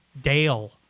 Dale